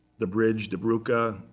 the bridge, die brucke,